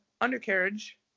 undercarriage